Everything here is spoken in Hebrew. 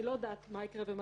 אני לא יודעת מה יהיה.